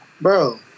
bro